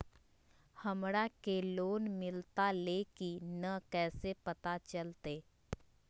हमरा के लोन मिलता ले की न कैसे पता चलते?